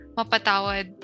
Mapatawad